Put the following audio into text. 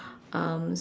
um